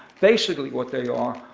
basically what they are,